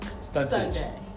Sunday